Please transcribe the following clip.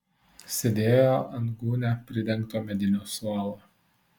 sėdėjo ant gūnia pridengto medinio suolo